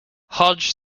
hodge